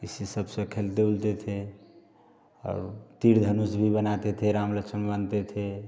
इसी सबसे खेलते ऊलते थे और तीर धनुष भी बनाते थे राम लक्षमण बनते थे